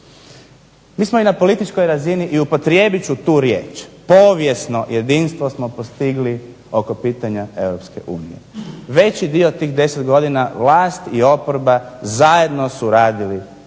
Mi smo i na političkoj razini i upotrijebit ću tu riječ povijesno jedinstvo smo postigli oko pitanja Europske unije. Veći dio tih 10 godina vlast i oporba zajedno su radili na